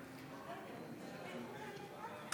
חברי הכנסת,